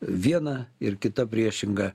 viena ir kita priešinga